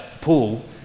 pool